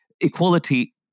equality